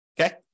Okay